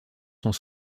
sont